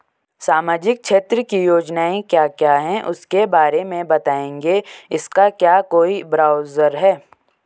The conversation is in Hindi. सामाजिक क्षेत्र की योजनाएँ क्या क्या हैं उसके बारे में बताएँगे इसका क्या कोई ब्राउज़र है?